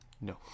No